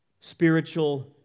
Spiritual